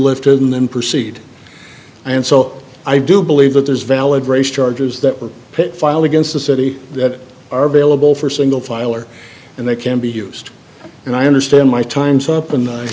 lifted and then proceed and so i do believe that there's valid race charges that were pit final against the city that are available for single file or and they can be used and i understand my time's up and